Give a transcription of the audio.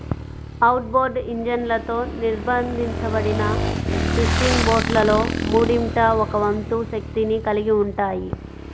outboard ఇంజన్లతో నిర్బంధించబడిన fishing బోట్లలో మూడింట ఒక వంతు శక్తిని కలిగి ఉంటాయి